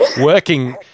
working